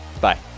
bye